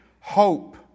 hope